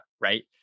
right